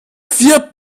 vier